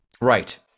Right